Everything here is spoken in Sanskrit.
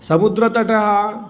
समुद्रतटः